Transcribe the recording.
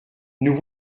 nous